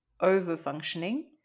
over-functioning